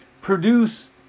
produce